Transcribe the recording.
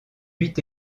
huit